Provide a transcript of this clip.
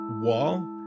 wall